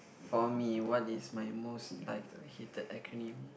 for me what is my most like or hated acronym